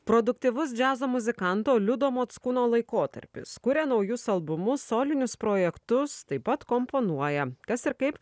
produktyvus džiazo muzikanto liudo mockūno laikotarpis kuria naujus albumus solinius projektus taip pat komponuoja kas ir kaip